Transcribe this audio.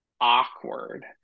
awkward